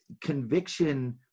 conviction